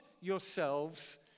yourselves